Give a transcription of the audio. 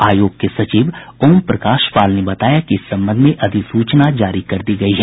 आयोग के सचिव ओम प्रकाश पाल ने बताया कि इस संबंध में अधिसूचना जारी कर दी गयी है